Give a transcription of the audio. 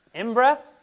in-breath